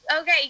okay